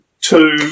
two